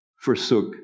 forsook